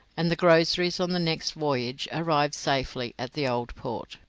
and the groceries on the next voyage arrived safely at the old port.